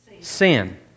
sin